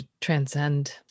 transcend